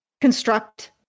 Construct